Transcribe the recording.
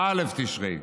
בא' בתשרי.